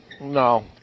No